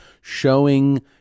showing